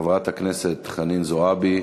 חברת הכנסת חנין זועבי,